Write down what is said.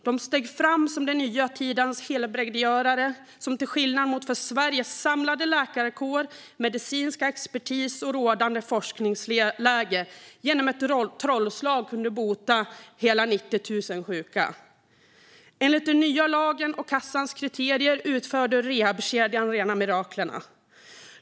De steg fram som den nya tidens helbrägdagörare som till skillnad från Sveriges samlade läkarkår, medicinska expertis och rådande forskningsläge genom ett trollslag kunde bota hela 90 000 sjuka. Enligt den nya lagen och a-kassans nya kriterier utförde rehabkedjan rena mirakel.